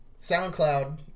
SoundCloud